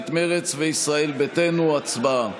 אנחנו עוברים להצבעה על הסתייגות מס' 72. הצבעה.